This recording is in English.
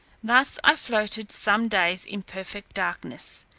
thus i floated some days in perfect darkness,